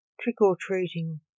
trick-or-treating